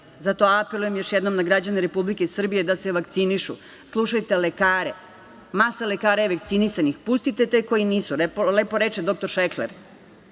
radi. Zato apelujem još jednom na građane Republike Srbije da se vakcinišu. Slušajte lekare. Masa lekara je vakcinisanih. Pustite te koji nisu. Lepo reče doktor Šekler,